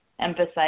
emphasize